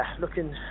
looking